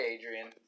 Adrian